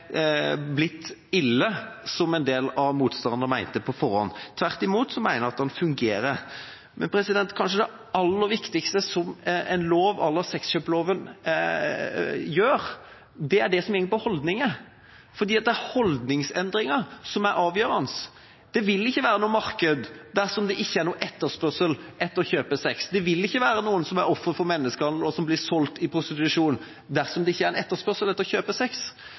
blitt ille – som en del av motstanderne mente på forhånd. Tvert imot mener jeg at den fungerer. Men kanskje det aller viktigste en lov à la sexkjøpsloven handler om, er det som går på holdninger, for det er holdningsendringer som er avgjørende. Det vil ikke være noe marked dersom det ikke er noen etterspørsel etter å kjøpe sex. Det vil ikke være noen som er offer for menneskehandel, og som blir solgt til prostitusjon, dersom det ikke er etterspørsel etter å kjøpe